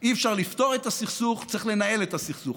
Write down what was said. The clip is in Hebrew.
אי-אפשר לפתור את הסכסוך, צריך לנהל את הסכסוך.